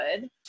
good